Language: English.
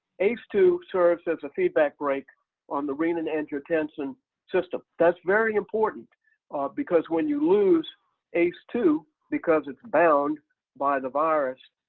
ace two serves as a feedback break on the renin-angiotensin system. that's very important because when you lose ace two because it's bound by the virus,